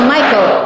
Michael